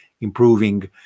improving